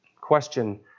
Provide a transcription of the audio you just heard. question